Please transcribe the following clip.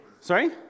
Sorry